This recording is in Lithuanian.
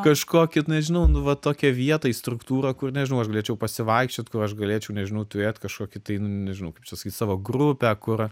kažkokį nežinau nu va tokią vietą į struktūrą kur nežinau aš galėčiau pasivaikščiot kur aš galėčiau nežinau turėt kažkokį tai nu nežinau kaip čia sakyt savo grupę kur